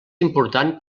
important